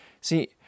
See